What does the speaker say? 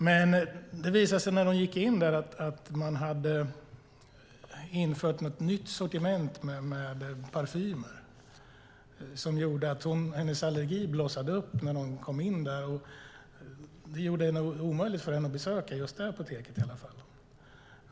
Men det visade sig att de hade infört ett nytt sortiment med parfymer som gjorde att hennes allergi blossade upp när hon kom in där, och det blev omöjligt för henne att besöka just det apoteket.